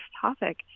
topic